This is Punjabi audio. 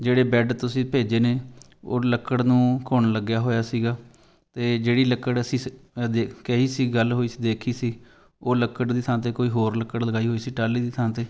ਜਿਹੜੇ ਬੈਡ ਤੁਸੀਂ ਭੇਜੇ ਨੇ ਔਰ ਲੱਕੜ ਨੂੰ ਘੁਣ ਲੱਗਿਆ ਹੋਇਆ ਸੀਗਾ ਅਤੇ ਜਿਹੜੀ ਲੱਕੜ ਅਸੀਂ ਸ ਅ ਦੇ ਕਹੀ ਸੀ ਗੱਲ ਹੋਈ ਸੀ ਦੇਖੀ ਸੀ ਉਹ ਲੱਕੜ ਦੀ ਥਾਂ 'ਤੇ ਕੋਈ ਹੋਰ ਲੱਕੜ ਲਗਾਈ ਹੋਈ ਸੀ ਟਾਹਲੀ ਦੀ ਥਾਂ 'ਤੇ